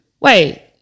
Wait